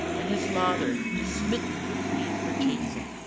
and his mother, smitten with grief for jason.